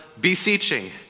beseeching